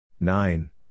Nine